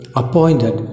appointed